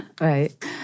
Right